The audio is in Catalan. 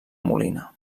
molina